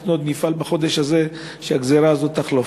ואנחנו עוד נפעל בחודש הזה שהגזירה הזאת תחלוף.